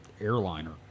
airliner